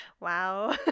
Wow